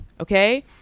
Okay